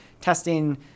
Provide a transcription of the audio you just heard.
testing